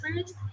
first